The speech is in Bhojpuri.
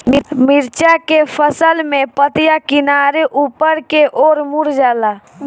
मिरचा के फसल में पतिया किनारे ऊपर के ओर मुड़ जाला?